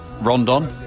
Rondon